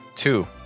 Two